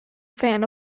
fan